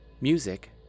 Music